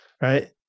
right